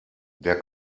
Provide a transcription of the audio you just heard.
der